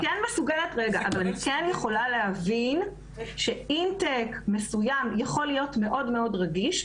אני כן יכולה להבין שאינטייק מסוים יכול להיות מאוד-מאוד רגיש,